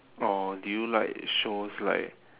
or do you like shows like